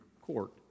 court